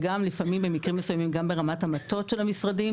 וגם לפעמים במקרים מסוימים ברמת המטות של המשרדים,